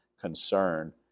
concern